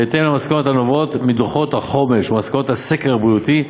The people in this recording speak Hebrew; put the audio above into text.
בהתאם למסקנות הנובעות מדוחות החומש או מסקנות הסקר הבריאותי,